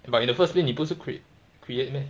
but in the first place 你不是 create create meh